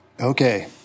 Okay